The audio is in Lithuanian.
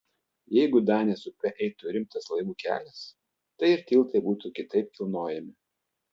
jeigu danės upe eitų rimtas laivų kelias tai ir tiltai būtų kitaip kilnojami